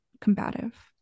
combative